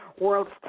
world's